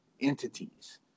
entities